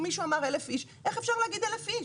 מישהו אמר 1,000 איש, איך אפשר להגיד 1,000?